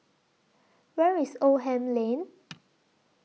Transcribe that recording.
Where IS Oldham Lane